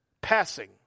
passing